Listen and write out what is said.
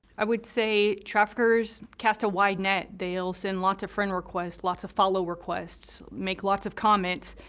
i would say traffickers cast a wide net. they'll send lots of friend requests, lots of follow requests, make lots of comments.